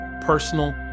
personal